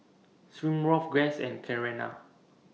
Smirnoff Guess and Carrera